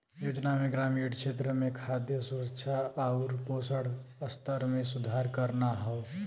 योजना में ग्रामीण क्षेत्र में खाद्य सुरक्षा आउर पोषण स्तर में सुधार करना हौ